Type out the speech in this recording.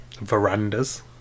Verandas